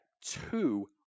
two